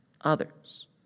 others